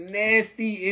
nasty